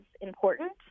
important